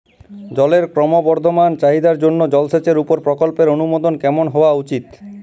জলের ক্রমবর্ধমান চাহিদার জন্য জলসেচের উপর প্রকল্পের অনুমোদন কেমন হওয়া উচিৎ?